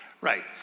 Right